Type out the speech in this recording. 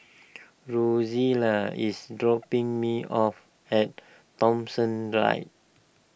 Rozella is dropping me off at Thomson